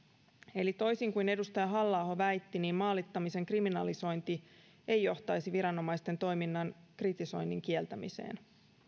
eli toisin kuin edustaja halla aho väitti niin maalittamisen kriminalisointi ei johtaisi viranomaisten toiminnan kritisoinnin kieltämiseen